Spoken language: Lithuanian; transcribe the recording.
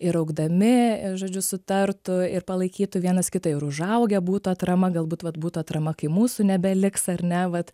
ir augdami žodžiu sutartų ir palaikytų vienas kitą ir užaugę būtų atrama galbūt vat būtų atrama kai mūsų nebeliks ar ne vat